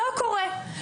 לא קורה.